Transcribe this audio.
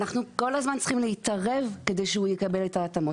אנחנו כל הזמן צריכים להתערב כדי שהוא יקבל את ההתאמות.